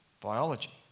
biology